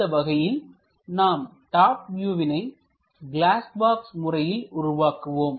இந்த வகையில் நமது டாப் வியூவினை கிளாஸ் பாக்ஸ் முறையில் உருவாக்குவோம்